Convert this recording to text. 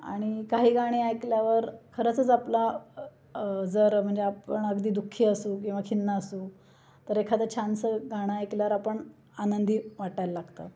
आणि काही गाणी ऐकल्यावर खरंचच आपला जर म्हणजे आपण अगदी दु खी असू किंवा खिन्न असू तर एखादं छानसं गाणं ऐकल्यावर आपण आनंदी वाटायला लागतो